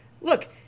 look